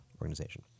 organization